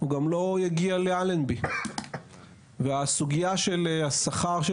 הוא גם לא יגיע לאלנבי והסוגיה של השכר של